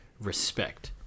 Respect